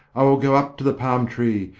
i will go up to the palm tree,